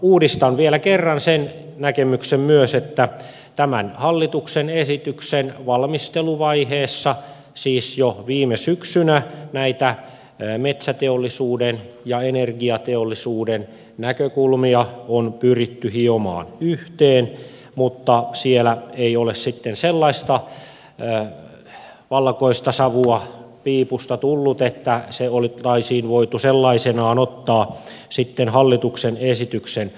uudistan vielä kerran sen näkemyksen myös että tämän hallituksen esityksen valmisteluvaiheessa siis jo viime syksynä näitä metsäteollisuuden ja energiateollisuuden näkökulmia on pyritty hiomaan yhteen mutta siellä ei ole sitten sellaista valkoista savua piipusta tullut että se oltaisiin voitu sellaisenaan ottaa hallituksen esitykseen mukaan